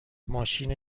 ماشین